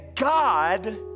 God